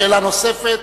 שאלה נוספת,